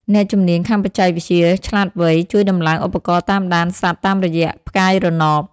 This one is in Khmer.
អ្នកជំនាញខាងបច្ចេកវិទ្យាឆ្លាតវៃ ជួយដំឡើងឧបករណ៍តាមដានសត្វតាមរយៈផ្កាយរណប។